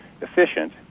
efficient